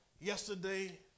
yesterday